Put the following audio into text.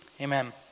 Amen